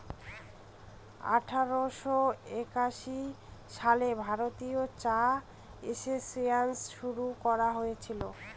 আঠারোশো একাশি সালে ভারতীয় চা এসোসিয়েসন শুরু করা হয়েছিল